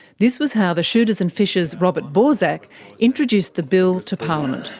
this was how the shooters and fishers robert borsak introduced the bill to parliament.